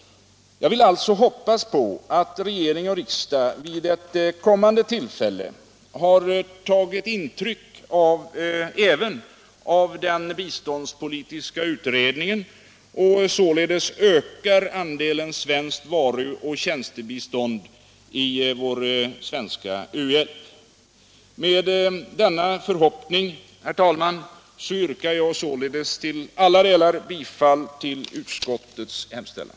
Jag hoppas alltså att regering och riksdag vid ett kommande tillfälle tagit intryck även av den biståndspolitiska utredningen och således ökar andelen svenskt varu och tjänstebistånd i vår svenska u-hjälp. Med denna förhoppning, herr talman, yrkar jag således till alla delar bifall till utskottets hemställan.